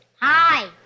Hi